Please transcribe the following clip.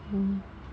mm